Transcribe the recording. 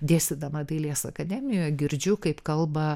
dėstydama dailės akademijoje girdžiu kaip kalba